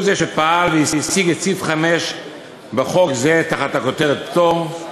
הוא שפעל והשיג את סעיף 5 בחוק זה תחת הכותרת "פטור",